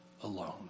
alone